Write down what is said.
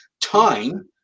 time